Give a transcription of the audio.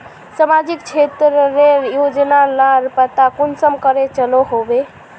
सामाजिक क्षेत्र रेर योजना लार पता कुंसम करे चलो होबे?